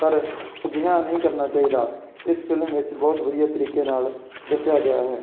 ਪਰ ਅਜਿਹਾ ਨਹੀਂ ਕਰਨਾ ਚਾਹੀਦਾ ਇਸ ਫਿਲਮ ਵਿੱਚ ਬਹੁਤ ਵਧੀਆ ਤਰੀਕੇ ਨਾਲ ਦੱਸਿਆ ਗਿਆ ਹੈ